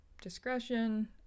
discretion